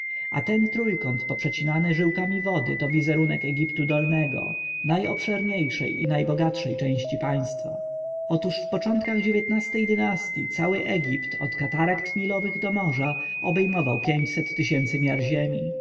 a ten trójkąt poprzecinany żyłkami wody to wizerunek egiptu dolnego najobszerniejszej i najbogatszej części państwa otóż w początkach ej dynastyi cały egipt od katarakt nilowych do morza obejmował pięćset tysięcy miar ziemi